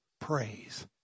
praise